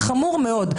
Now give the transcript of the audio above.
זה חמור מאוד.